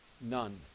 None